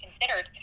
considered